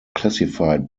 classified